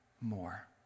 more